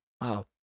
wow